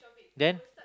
then